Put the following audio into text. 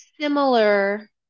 similar